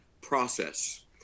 process